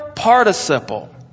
Participle